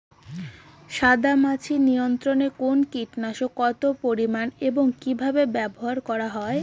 সাদামাছি নিয়ন্ত্রণে কোন কীটনাশক কত পরিমাণে এবং কীভাবে ব্যবহার করা হয়?